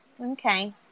okay